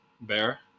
bear